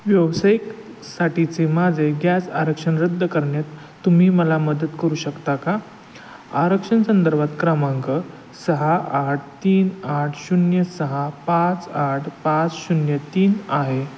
व्यावसायिक साठीचे माझे गॅस आरक्षण रद्द करण्यात तुम्ही मला मदत करू शकता का आरक्षण संदर्भात क्रमांक सहा आठ तीन आठ शून्य सहा पाच आठ पाच शून्य तीन आहे